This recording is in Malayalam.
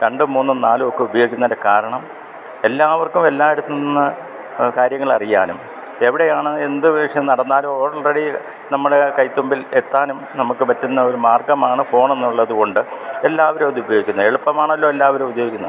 രണ്ടും മൂന്നും നാലുവൊക്ക ഉപയോജിക്കുയന്നതിന്റെ കാരണം എല്ലാവർക്കും എല്ലായിടത്തുന്നു കാര്യങ്ങൾ അറിയാനും എവിടെയാണ് എന്ത് വേഷം നടന്നാലു ഓൾറെഡി നമ്മളെ കൈത്തുമ്പിൽ എത്താനും നമുക്ക് പറ്റുന്ന ഒരു മാർഗ്ഗമാണ് ഫോണെന്നുള്ളത് കൊണ്ട് എല്ലാവരും അത് ഉപയോഗിക്കിന്നു എളുപ്പമാണല്ലോ എല്ലാവരും ഉപയോഗിക്കുന്നത്